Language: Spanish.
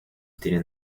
tienen